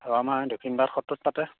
অঁ আমাৰ দক্ষিণপাট সত্ৰত পাতে